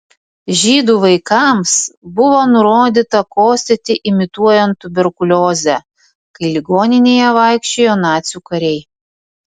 žydų vaikams buvo nurodyta kosėti imituojant tuberkuliozę kai ligoninėje vaikščiojo nacių kariai